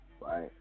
right